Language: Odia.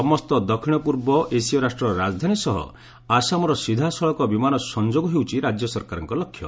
ସମସ୍ତ ଦକ୍ଷିଣ ପୂର୍ବ ଏସିୟା ରାଷ୍ଟ୍ରର ରାଜଧାନୀ ସହ ଆସାମର ସିଧାସଳଖ ବିମାନ ସଂଯୋକ ହେଉଛି ରାଜସରକାରଙ୍କ ଲକ୍ଷ୍ୟ